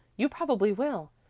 you probably will.